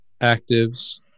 actives